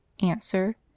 Answer